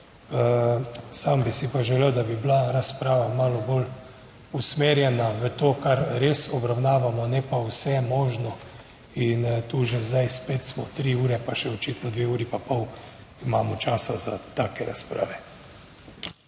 Sam bi si pa želel, da bi bila razprava malo bolj usmerjena v to, kar res obravnavamo, ne pa vse možno, in tu že zdaj spet smo 3 ure, pa še očitno 2,5 ure imamo časa za take razprave.